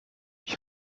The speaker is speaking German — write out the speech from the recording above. ich